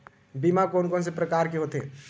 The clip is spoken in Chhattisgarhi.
बीमा कोन कोन से प्रकार के होथे?